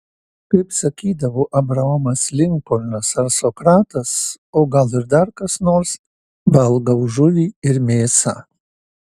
kaip sakydavo abraomas linkolnas ar sokratas o gal ir dar kas nors valgau žuvį ir mėsą